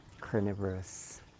carnivorous